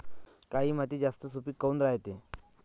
काळी माती जास्त सुपीक काऊन रायते?